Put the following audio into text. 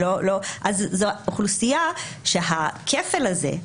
אז זו אוכלוסייה שהכפל הזה,